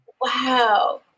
Wow